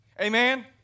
Amen